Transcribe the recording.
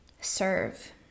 serve